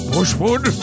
Bushwood